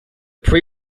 pre